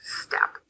step